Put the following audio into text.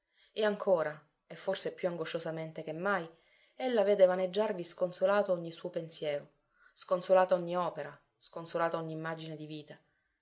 e ancora e forse più angosciosamente che mai ella vede vaneggiarvi sconsolato ogni suo pensiero sconsolata ogni opera sconsolata ogni immagine di vita